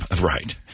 Right